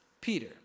Peter